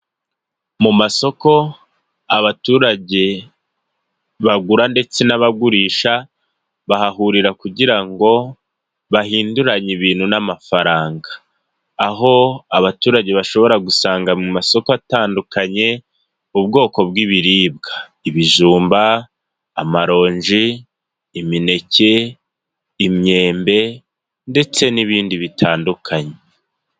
Mu masoko abaturage bagura ndetse n'abagurisha bahahurira kugira ngo bahinduranye ibintu n'amafaranga. Aho abaturage bashobora gusanga mu masoko atandukanye ubwoko bw'ibiribwa ibijumba, amaronji, imineke, imyembe ndetse n'ibindi bitandukanye.